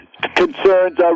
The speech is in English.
Concerns